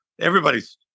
everybody's